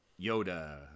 Yoda